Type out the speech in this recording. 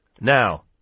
now